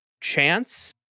chance